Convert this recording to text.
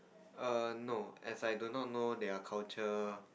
err no as I do not know their culture